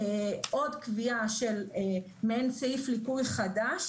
עוד קביעה מעין סעיף עדכון חדש,